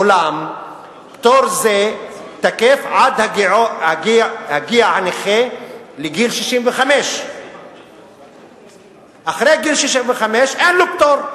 אולם פטור זה תקף עד הגיע הנכה לגיל 65. אחרי גיל 65 אין לו פטור,